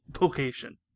location